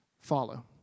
follow